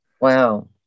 Wow